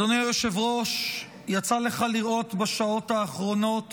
אדוני היושב-ראש, יצא לך לראות בשעות האחרונות